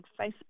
Facebook